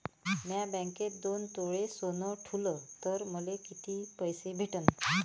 म्या बँकेत दोन तोळे सोनं ठुलं तर मले किती पैसे भेटन